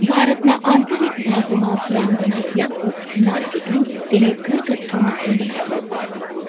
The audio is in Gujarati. ભારતના આંતરિક ભાગોમાં બ્રાન્ડના વ્યાપક માર્કેટિંગે તેને ઘરગથ્થું નામ બનાવ્યું